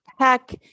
tech